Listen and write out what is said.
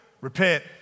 Repent